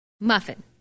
Muffin